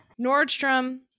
nordstrom